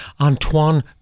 Antoine